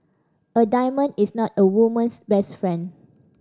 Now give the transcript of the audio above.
a diamond is not a woman's best friend